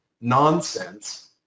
nonsense